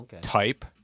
type